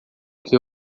que